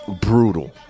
brutal